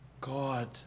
God